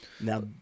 now